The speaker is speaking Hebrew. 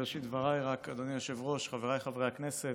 בראשית דבריי, אדוני היושב-ראש, חבריי חברי הכנסת,